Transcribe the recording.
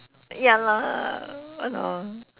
ya lah ya lor